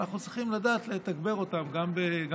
ואנחנו צריכים לדעת לתגבר אותם גם בחיילים,